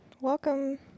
Welcome